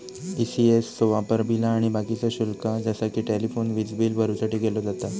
ECS चो वापर बिला आणि बाकीचा शुल्क जसा कि टेलिफोन, वीजबील भरुसाठी केलो जाता